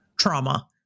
Trauma